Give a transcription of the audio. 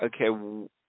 Okay